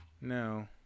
no